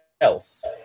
else